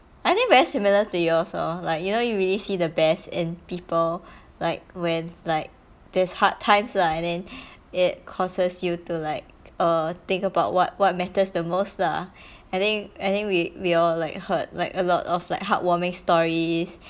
I think very similar to yours oh like you know you really see the best in people like when like there's hard times lah and then it causes you to like err think about what what matters the most lah I think I think we we all like heard like a lot of like heartwarming stories